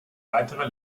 weitere